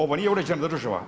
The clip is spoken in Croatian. Ovo nije uređena država.